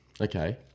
Okay